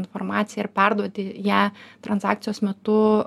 informaciją ir perduoti ją transakcijos metu